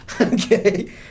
Okay